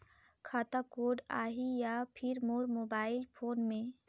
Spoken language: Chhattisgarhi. खाता कोड आही या फिर मोर मोबाइल फोन मे?